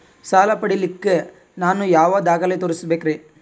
ಸಾಲ ಪಡಿಲಿಕ್ಕ ನಾನು ಯಾವ ದಾಖಲೆ ತೋರಿಸಬೇಕರಿ?